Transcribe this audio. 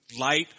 Light